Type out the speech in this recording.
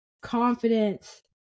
confidence